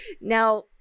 Now